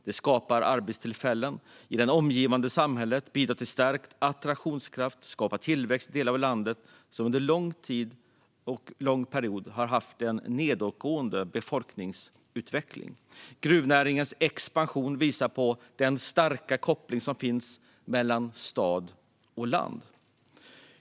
Den skapar arbetstillfällen i det omgivande samhället, bidrar till stärkt attraktionskraft och skapar tillväxt i delar av landet som under en lång period har haft en nedåtgående befolkningsutveckling. Gruvnäringens expansion visar på den starka koppling som finns mellan stad och land.